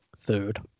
Third